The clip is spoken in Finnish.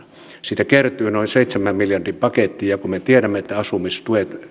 siitä kertyy noin seitsemän miljardin paketti ja kun me tiedämme että asumistuet